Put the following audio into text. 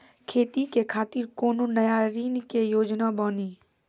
खेती के खातिर कोनो नया ऋण के योजना बानी?